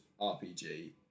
RPG